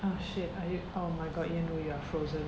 oh shit I oh my god yan ru you are frozen